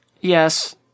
Yes